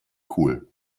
cool